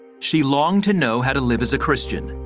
she longed to know how to live as a christian,